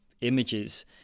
images